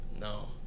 No